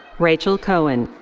rachel cohen.